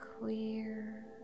clear